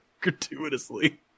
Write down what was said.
Gratuitously